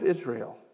Israel